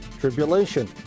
Tribulation